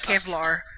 Kevlar